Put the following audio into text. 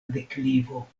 deklivo